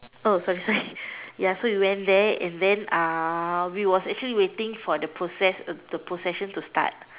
oh sorry sorry ya so we went there and then uh we was actually waiting for the process the procession to start